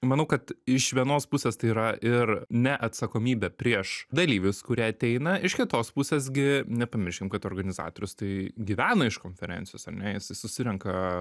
manau kad iš vienos pusės tai yra ir neatsakomybė prieš dalyvius kurie ateina iš kitos pusės gi nepamirškim kad organizatorius tai gyvena iš konferencijos ar ne jisai susirenka